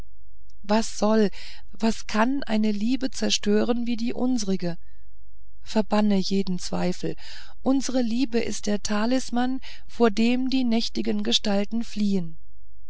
was soll was kann eine liebe verstören wie die unsrige verbanne jeden zweifel unsre liebe ist der talisman vor dem die nächtigen gestalten fliehen